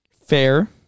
fair